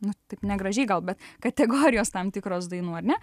nu taip negražiai gal bet kategorijos tam tikros dainų ar ne